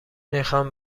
میخوان